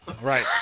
Right